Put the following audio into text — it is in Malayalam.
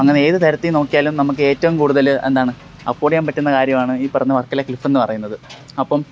അങ്ങനെ ഏത് തരത്തിൽ നോക്കിയാലും നമുക്ക് ഏറ്റവും കൂടുതൽ എന്താണ് അഫോർഡ് ചെയ്യാൻ പറ്റുന്ന കാര്യമാണ് ഈ പറഞ്ഞത് വർക്കല ക്ലിഫെന്ന് പറയുന്നത് അപ്പം